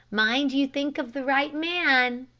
mind you think of the right man,